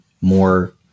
more